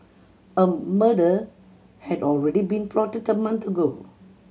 a murder had already been plotted a month ago